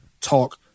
talk